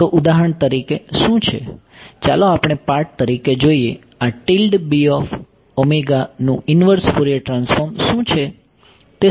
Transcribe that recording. તો ઉદાહરણ તરીકે શું છે ચાલો આપણે પાર્ટ તરીકે જોઈએ આ નું ઇન્વર્સ ફોરિયર ટ્રાન્સફોર્મ શું છે